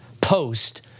post